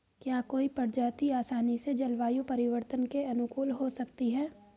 क्या कोई प्रजाति आसानी से जलवायु परिवर्तन के अनुकूल हो सकती है?